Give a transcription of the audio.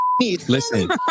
Listen